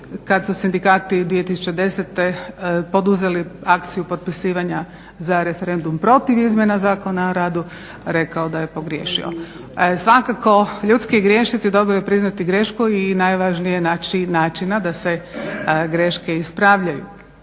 kada su sindikati 2010.poduzeli akciju potpisivanja za referendum protiv izmjena Zakona o radu, rekao da je pogrijšio. Svakako ljudski je griješiti, dobro je priznati grešku i najvažnije naći načina da se greške ispravljaju.